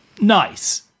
Nice